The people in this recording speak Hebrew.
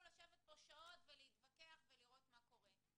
לשבת פה שעות ולהתווכח ולראות מה קורה.